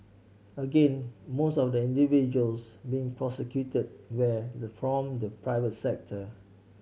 again most of individuals being prosecuted were the the private sector